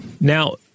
Now